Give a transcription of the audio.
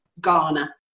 Ghana